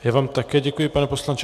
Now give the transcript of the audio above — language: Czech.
Já vám také děkuji, pane poslanče.